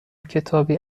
کتابی